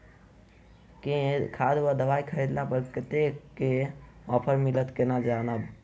केँ खाद वा दवाई खरीदला पर कतेक केँ ऑफर मिलत केना जानब?